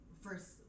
first